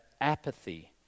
apathy